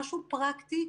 משהו פרקטי,